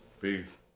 Peace